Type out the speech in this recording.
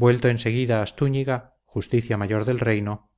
vuelto en seguida a stúñiga justicia mayor del reino